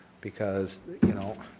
because you know,